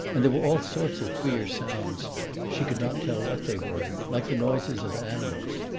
and there were all sorts of queer sounds she could not tell what they were like the noises of animals.